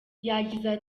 yagize